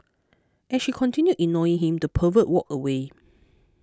as she continued ignoring him the pervert walked away